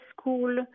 school